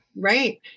Right